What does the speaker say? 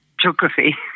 Geography